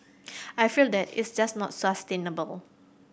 I feel that it's just not sustainable